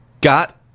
Got